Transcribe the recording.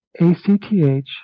ACTH